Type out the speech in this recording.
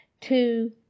two